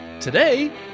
Today